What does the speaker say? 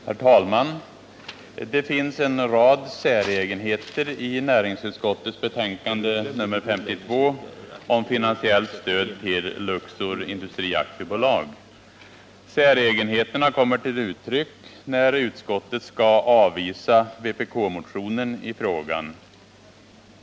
Herr talman! Det finns en rad säregenheter i näringsutskottets betänkande nr 52 om finansiellt stöd till Luxor Industri AB. Säregenheterna kommer till uttryck när utskottet skall avvisa vpk-motionen i frågan.